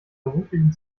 beruflichen